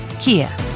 Kia